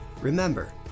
Remember